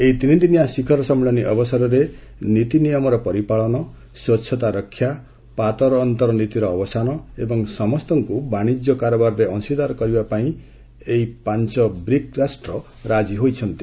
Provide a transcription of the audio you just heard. ଏହି ତିନି ଦିନିଆ ଶିଖର ସମ୍ମିଳନୀ ଅବସରରେ ନୀତିନିୟମର ପରିପାଳନ ସ୍ୱଚ୍ଚତା ରକ୍ଷା ପାତର ଅନ୍ତର ନୀତିର ଅବସାନ ଏବଂ ସମସ୍ତଙ୍କୁ ବାଶିଜ୍ୟ କାରବାରରେ ଅଂଶିଦାର କରିବା ପାଇଁ ଏହି ପାଞ୍ଚ ବ୍ରିକ୍ ରାଷ୍ଟ୍ର ରାଜି ହୋଇଛନ୍ତି